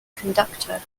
conductor